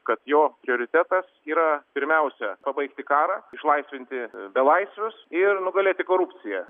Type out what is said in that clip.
kad jo prioritetas yra pirmiausia pabaigti karą išlaisvinti belaisvius ir nugalėti korupciją